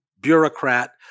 bureaucrat